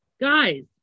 Guys